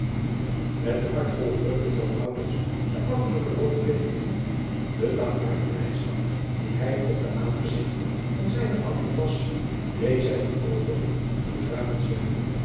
et een hart vol vreugde trad de ouderlijke woning binnen e dankbare blijdschap die hij op de aangezigten van zijne ouderen las deed zijne oogen door tranen zwellen